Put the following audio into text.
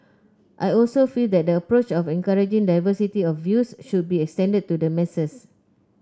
I also feel that the approach of encouraging diversity of views should be extended to the masses